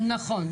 נכון.